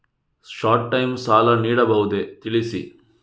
Short time ಸಾಲ ನೀಡಬಹುದೇ ತಿಳಿಸಿ?